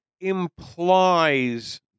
implies